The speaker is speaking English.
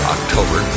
October